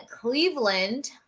cleveland